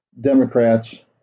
Democrats